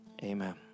Amen